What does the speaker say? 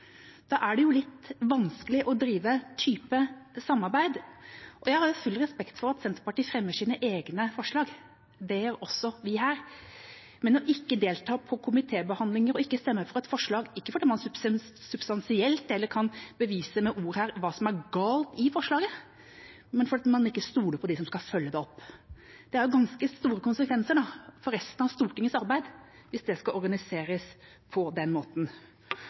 Da er det jo litt vanskelig å drive den typen samarbeid. Jeg har full respekt for at Senterpartiet fremmer sine egne forslag. Det gjør også vi, men her dreier det seg om ikke å delta i komitébehandlinger og ikke stemme for et forslag, ikke fordi man substansielt eller med ord kan bevise hva som er galt i forslaget, men fordi man ikke stoler på dem som skal følge det opp. Det har ganske store konsekvenser for resten av Stortingets arbeid hvis det skal organiseres på den måten.